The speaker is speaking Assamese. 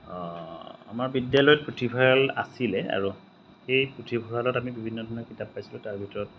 আমাৰ বিদ্যালয়ত পুথিভঁৰাল আছিলে আৰু সেই পুথিভঁৰালত আমি বিভিন্ন ধৰণৰ কিতাপ পাইছিলোঁ তাৰ ভিতৰত